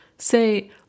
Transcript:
say